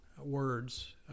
words